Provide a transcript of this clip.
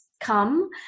come